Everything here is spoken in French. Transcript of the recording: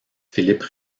philippe